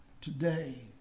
today